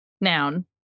Noun